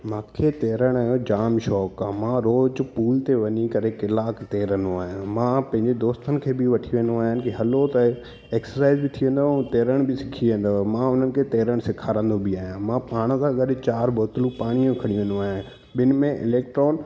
मूंखे तरण जो जाम शौंक़ु आहे मां रोज पूल ते वञी करे कलाकु तरंदो आहियां मां पंहिंजे दोस्तनि खे बि वठी वेंदो आहियां की हलो त एक्सरसाइज़ बि थी वेंदव ऐं तरण बि सिखी वेंदोव मां उन्हनि खे तरण सेखारींदो बि आहियां मां पाण सां गॾु चारि बोतलू पाणीअ जी खणी वेंदो आहियां ॿिनि में इलैक्ट्रोल